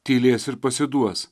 tylės ir pasiduos